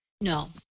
No